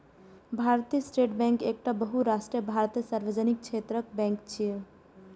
भारतीय state bank एकटा बहुराष्ट्रीय भारतीय सार्वजनिक क्षेत्रक बैंक छियै